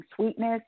sweetness